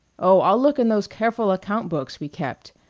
oh, i'll look in those careful account-books we kept,